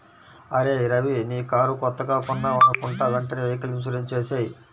అరేయ్ రవీ నీ కారు కొత్తగా కొన్నావనుకుంటా వెంటనే వెహికల్ ఇన్సూరెన్సు చేసేయ్